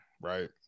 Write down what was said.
right